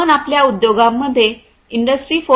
आपण आपल्या उद्योगा मध्ये इंडस्ट्री 4